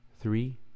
three